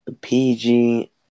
PG